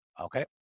Okay